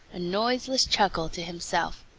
a noiseless chuckle, to himself.